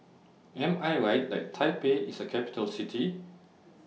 Am I Right that Taipei IS A Capital City